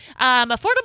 affordable